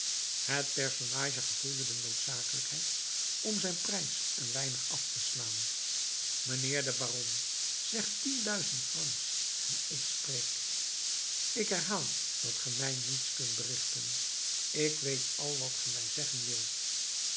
het personage gevoelde de noodzakelijkheid om zijn prijs een weinig af te slaan mijnheer de baron zeg tien duizend francs en ik spreek ik herhaal dat ge mij niets kunt berichten ik weet al wat ge mij zeggen wilt